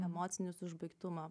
emocinis užbaigtumą